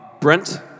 Brent